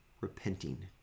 repenting